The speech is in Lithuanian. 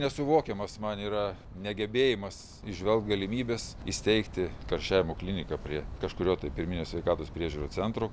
nesuvokiamas man yra negebėjimas įžvelgt galimybės įsteigti karščiavimo kliniką prie kažkurio tai pirminės sveikatos priežiūrų centro